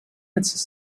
its